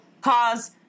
cause